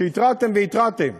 שהתרעתם והתרעתם.